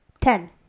Ten